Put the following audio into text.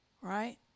right